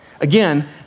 Again